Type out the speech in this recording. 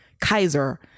kaiser